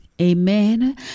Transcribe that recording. amen